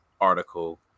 article